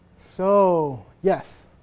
so. yes?